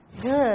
Good